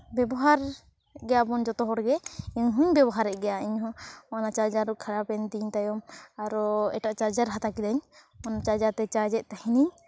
ᱵᱮᱵᱚᱦᱟᱨ ᱜᱮᱭᱟᱵᱚᱱ ᱡᱚᱛᱚ ᱦᱚᱲᱜᱮ ᱤᱧ ᱦᱚᱸᱧ ᱵᱮᱵᱚᱦᱟᱨᱮᱫ ᱜᱮᱭᱟ ᱤᱧᱦᱚᱸ ᱚᱱᱟ ᱪᱟᱨᱡᱟᱨ ᱠᱷᱟᱨᱟᱯ ᱮᱱ ᱛᱤᱧ ᱛᱟᱭᱚᱢ ᱟᱨᱚ ᱮᱴᱟᱜ ᱪᱟᱨᱡᱟᱨ ᱦᱟᱛᱟᱣ ᱠᱤᱫᱟᱹᱧ ᱚᱱᱟ ᱪᱟᱨᱡᱟᱨ ᱛᱮ ᱪᱟᱨᱡᱽ ᱮᱫ ᱛᱟᱦᱮᱱᱟᱹᱧ